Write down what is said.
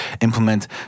implement